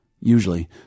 Usually